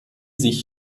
sich